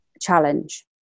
challenge